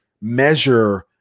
measure